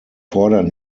fordern